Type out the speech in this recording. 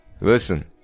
Listen